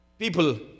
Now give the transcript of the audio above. People